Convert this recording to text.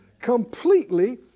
completely